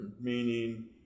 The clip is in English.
Meaning